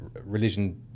religion